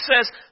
says